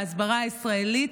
בהסברה הישראלית,